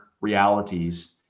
realities